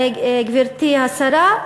גברתי השרה,